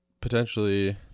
potentially